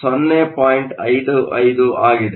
55 ಆಗಿದೆ